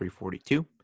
342